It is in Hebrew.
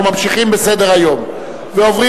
אנחנו ממשיכים בסדר-היום ועוברים